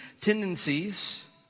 tendencies